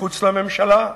מחוץ לממשלה,